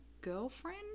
girlfriend